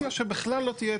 בכלל.